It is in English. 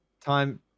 Time